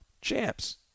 champs